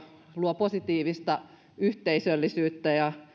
luo positiivista yhteisöllisyyttä ja